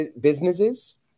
businesses